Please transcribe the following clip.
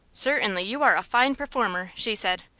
certainly you are a fine performer, she said.